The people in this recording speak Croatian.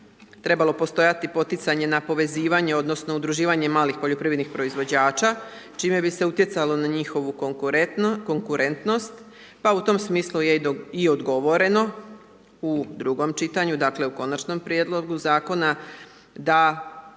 trebalo postojati poticanje na povezivanje odnosno udruživanje malih poljoprivrednih proizvođača, čime bi se utjecalo na njihovu konkurentnost, pa u tome smislu je i odgovoreno u drugom čitanju, dakle, u Konačnom prijedlogu Zakona da